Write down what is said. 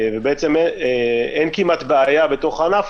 אין כמעט בעיה בענף,